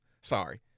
sorry